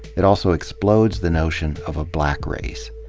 it also explodes the notion of a black race.